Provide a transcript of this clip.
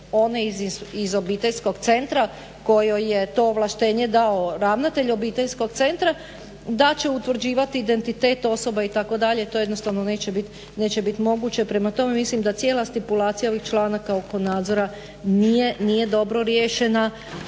One iz obiteljskog centra kojima je to ovlaštenje dao ravnatelj obiteljskog centra, da će utvrđivati identitet osoba itd. To jednostavno neće biti moguće. Prema tome, mislim da cijela stipulacija ovih članaka oko nadzora nije dobro riješena,